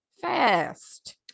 fast